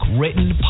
written